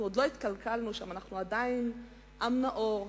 עוד לא התקלקלנו שם, אנחנו עדיין עם נאור,